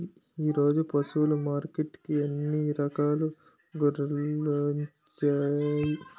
ఈరోజు పశువులు మార్కెట్టుకి అన్ని రకాల గొర్రెలొచ్చినాయ్